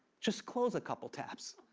just close a couple tabs.